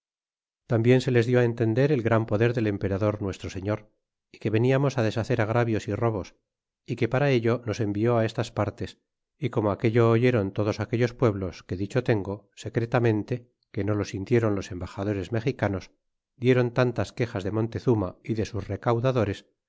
tambien se les dió entender el gran poder del emperador nuestro señor y que veniamos deshacer agravios é robos é que para ello nos envió estas partes é como aquello oyéron todos aquellos pueblos que dicho tengo secretamente que no lo sintiéron los embaxadores mexicanos diéron tantas quejas de montezuma y de sus recaudadores